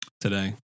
today